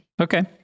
Okay